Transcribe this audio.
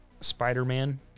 Spider-Man